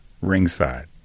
ringside